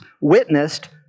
witnessed